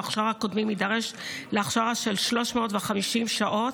הכשרה קודמים יידרש להכשרה של 350 שעות,